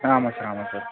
ஆமாம் சார் ஆமாம் சார்